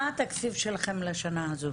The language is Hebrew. מה התקציב שלכם לשנה הזו?